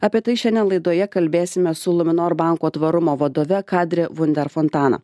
apie tai šiandien laidoje kalbėsime su luminor banko tvarumo vadove kadre vunder fontaną